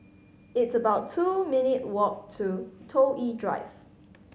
it's about two minute walk to Toh Yi Drive